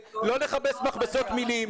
לא לכבס מכבסות מילים.